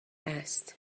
است